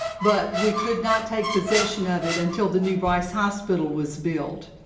but we could not take possession of it until the new bryce hospital was built.